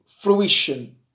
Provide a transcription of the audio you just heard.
fruition